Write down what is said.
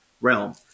realm